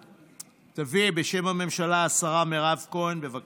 תביא בשם הממשלה השרה מירב כהן, בבקשה.